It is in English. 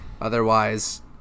Otherwise